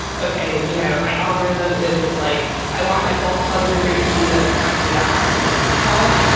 okay, you know my algorithm is like i want my false positive rate to be this, and after that, maximize recall,